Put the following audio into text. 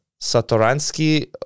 Satoransky